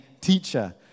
Teacher